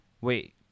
wait